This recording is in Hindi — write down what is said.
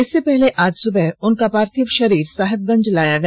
इससे पहले आज सुबह उनका पार्थिव शरीर साहेबगंज लाया गया